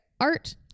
art